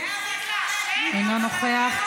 אינו נוכח,